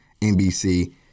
NBC